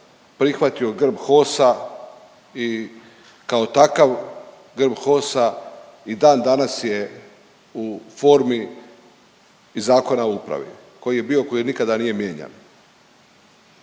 prihvatio grb HOS-a i kao takav grb HOS-a i dan danas je u formi i Zakona o upravi koji je bio, koji nikada nije mijenjan.